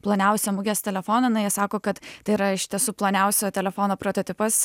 ploniausią mugės telefoną na jie sako kad tai yra iš tiesų ploniausio telefono prototipas